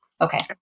Okay